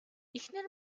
эхнэр